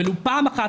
ולו פעם אחת,